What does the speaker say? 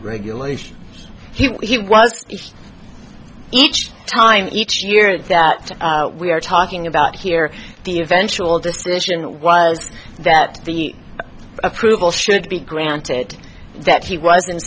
regulation he was each time each year that we are talking about here the eventual decision was that the approval should be granted that he was